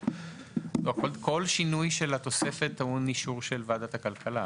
כל שינוי של התוספת טעון אישור של ועדת הכלכלה.